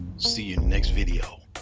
see you in next video.